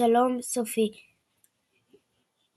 שלום סופי; ברם,